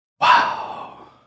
Wow